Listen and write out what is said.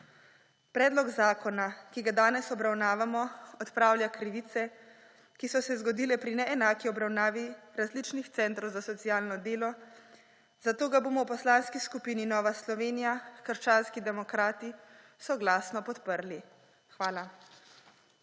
Predlog zakona, ki ga danes obravnavamo, odpravlja krivice, ki so se zgodile pri neenaki obravnavi različnih centrov za socialno delo, zato ga bomo v Poslanski skupini Nova Slovenija – krščanski demokrati soglasno podprli. Hvala.